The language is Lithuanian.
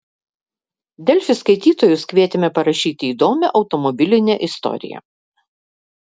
delfi skaitytojus kvietėme parašyti įdomią automobilinę istoriją